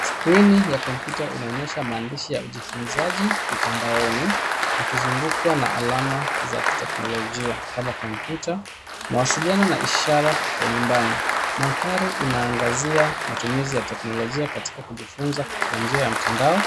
Skrini ya kompyuta inaonyesha maandishi ya ujifunzaji mtandaoni yakizungukwa na alama za kiteknolojia kama kompyuta, mawasiliano na ishara ya nyumbani. Mandhari inaangazia matumizi ya teknolojia katika kujifunza kwa njia ya mtandao,